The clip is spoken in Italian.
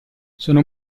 sono